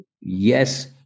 yes